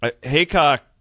Haycock